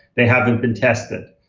they haven't been tested.